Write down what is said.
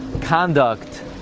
conduct